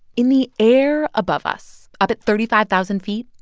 in the air above us, up at thirty five thousand feet,